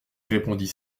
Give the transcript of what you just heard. répondit